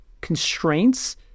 constraints